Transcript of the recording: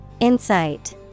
Insight